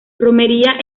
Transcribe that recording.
romería